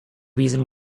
reason